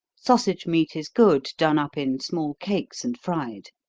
sausage-meat is good, done up in small cakes and fried.